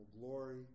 glory